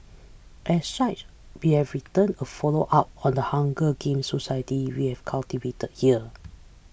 as such we have written a follow up on the Hunger Games society we have cultivated here